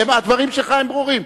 הדברים שלך ברורים.